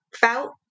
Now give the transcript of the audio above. felt